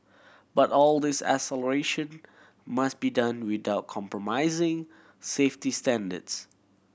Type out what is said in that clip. but all this acceleration must be done without compromising safety standards